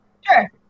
Sure